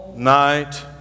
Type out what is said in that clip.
night